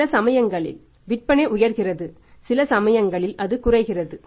சில சமயங்களில் விற்பனை உயர்கிறது சில சமயங்களில் அது குறைகிறது